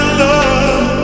love